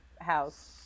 house